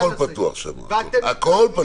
הכול פתוח, הכול פתוח.